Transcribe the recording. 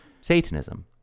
Satanism